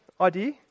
idea